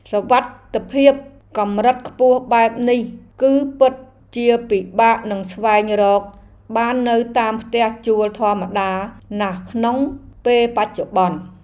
សុវត្ថិភាពកម្រិតខ្ពស់បែបនេះ គឺពិតជាពិបាកនឹងស្វែងរកបាននៅតាមផ្ទះជួលធម្មតាណាស់ក្នុងពេលបច្ចុប្បន្ន។